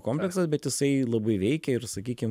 kompleksas bet jisai labai veikia ir sakykim